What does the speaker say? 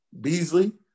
Beasley